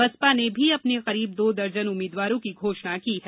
बसपा ने भी अपर्न करीब दो दर्जन उम्मीदवारों की घोषणा कर दी है